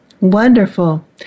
Wonderful